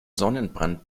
sonnenbrand